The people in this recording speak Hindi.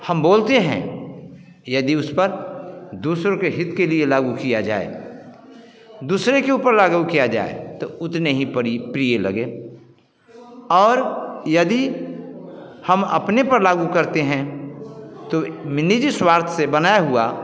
हम बोलते हैं यदि उसपर दूसरों के हित के लिए लागू किया जाए दूसरे के ऊपर लागू किया जाए तो उतने ही परी प्रिय लगे और यदि हम अपने पर लागू करते हैं तो मी निजी स्वार्थ से बनाया हुआ